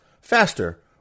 faster